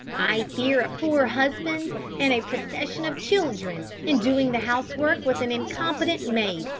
i fear a poor husband and a procession of children, and doing the housework with an incompetent maid,